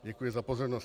Děkuji za pozornost.